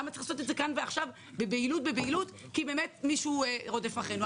למה צריך לעשות את זה כאן ועכשיו בבהילות כאילו מישהו רודף אחרינו?